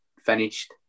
finished